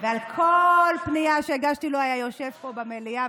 על כל פנייה שהגשתי לו הוא היה יושב פה במליאה,